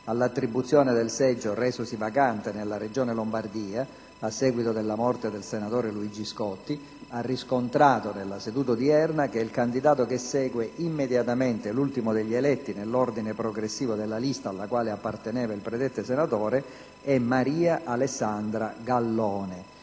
all'attribuzione del seggio resosi vacante nella regione Lombardia, a seguito della morte del senatore Luigi Scotti, ha riscontrato, nella seduta odierna, che il candidato che segue immediatamente l'ultimo degli eletti nell'ordine progressivo della lista alla quale apparteneva il predetto senatore è Maria Alessandra Gallone.